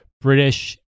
British